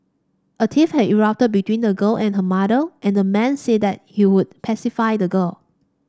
a tiff had erupted between the girl and her mother and the man said that he would pacify the girl